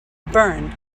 burn